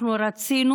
אנחנו רצינו,